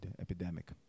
epidemic